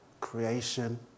creation